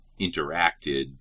interacted